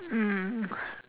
mm